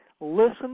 listen